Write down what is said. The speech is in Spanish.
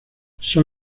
son